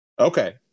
Okay